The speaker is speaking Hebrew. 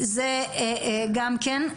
זה גם כן,